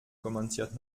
kommentiert